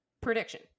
prediction